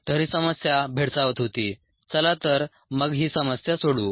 तर ही समस्या भेडसावत होती चला तर मग ही समस्या सोडवू